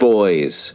Boys